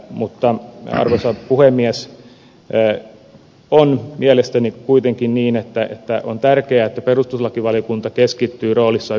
mutta arvoisa puhemies on mielestäni kuitenkin niin että on tärkeää että perustuslakivaliokunta keskittyy roolissaan ydintehtäväänsä